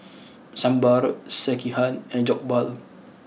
Sambar Sekihan and Jokbal